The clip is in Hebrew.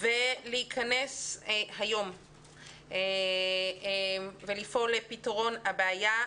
קרב ולהיכנס היום ולפעול לפתרון הבעיה.